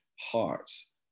Hearts